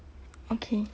okay